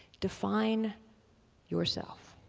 define yourself.